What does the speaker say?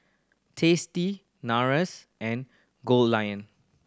Tasty Nars and Goldlion